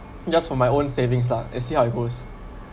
just for my own savings lah and see how it goes